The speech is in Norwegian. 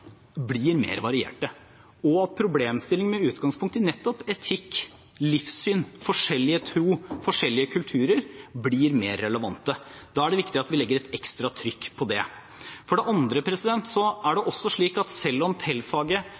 blir mer varierte, og at problemstillinger med utgangspunkt i nettopp etikk, livssyn, forskjellig tro og forskjellige kulturer blir mer relevante. Da er det viktig at vi legger et ekstra trykk på det. For det andre er det også slik at selv om